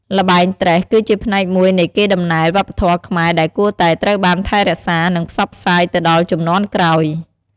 ល្បែង ត្រេះ គឺជាផ្នែកមួយនៃកេរដំណែលវប្បធម៌ខ្មែរដែលគួរតែត្រូវបានថែរក្សា និងផ្សព្វផ្សាយទៅដល់ជំនាន់ក្រោយ។